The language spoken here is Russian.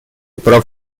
прав